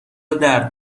درد